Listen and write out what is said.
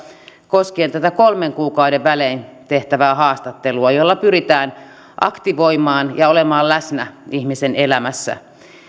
koskien tätä kolmen kuukauden välein tehtävää haastattelua jolla pyritään aktivoimaan ja olemaan läsnä ihmisen elämässä